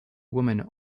women